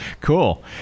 Cool